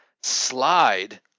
slide